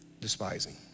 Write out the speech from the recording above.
Despising